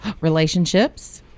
relationships